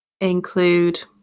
include